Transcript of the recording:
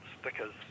stickers